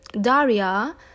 Daria